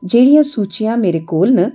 जेह्ड़ियां सूचियां मेरे कोल न